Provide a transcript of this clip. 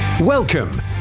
Welcome